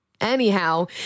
Anyhow